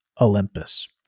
Olympus